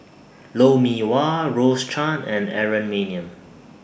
Lou Mee Wah Rose Chan and Aaron Maniam